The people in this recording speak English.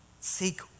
seek